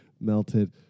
melted